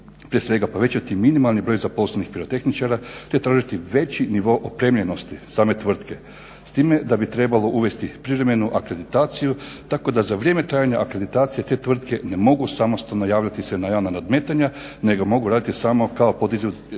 prije svega povećati minimalni broj zaposlenih pirotehničara, te tražiti veći nivo opremljenosti same tvrtke s time da bi trebalo uvesti privremenu akreditaciju tako da za vrijeme trajanja akreditacije te tvrtke ne mogu samostalno javljati se na javna nadmetanja nego mogu raditi samo kao podizvođači.